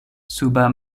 suba